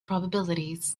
probabilities